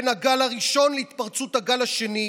בין הגל הראשון להתפרצות הגל השני,